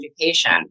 education